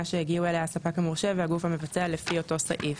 שהגיעו אליה הספק המורשה והגוף המבצע לפי אותו סעיף.